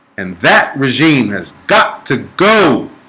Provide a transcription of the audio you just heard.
and that regime has got to go